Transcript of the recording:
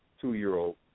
Two-year-old